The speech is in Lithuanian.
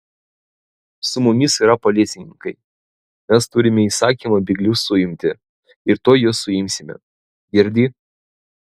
su mumis yra policininkai mes turime įsakymą bėglius suimti ir tuoj juos suimsime girdi